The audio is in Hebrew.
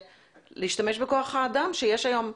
להשתמש בכוח האדם שיש היום.